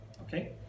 Okay